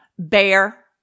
Bear